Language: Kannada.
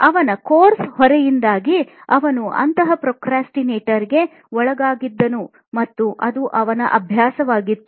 ಅವನ ಕೋರ್ಸ್ ಹೊರೆಯಿಂದಾಗಿ ಅವನು ಅಂತಹ ಪ್ರೊಕ್ರಾಸ್ಟಿನೇಟರ್ ಗೆ ಒಳಗಾಗಿದ್ದನು ಮತ್ತು ಅದು ಅವನ ಅಭ್ಯಾಸವಾಗಿತ್ತು